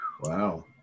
wow